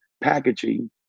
packaging